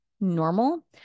normal